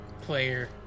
player